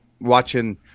watching